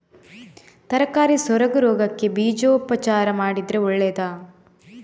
ತರಕಾರಿ ಸೊರಗು ರೋಗಕ್ಕೆ ಬೀಜೋಪಚಾರ ಮಾಡಿದ್ರೆ ಒಳ್ಳೆದಾ?